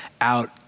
out